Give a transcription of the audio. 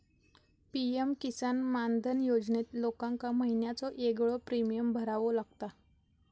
PM किसान मानधन योजनेत लोकांका महिन्याचो येगळो प्रीमियम भरावो लागता